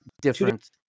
different